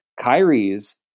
Kyrie's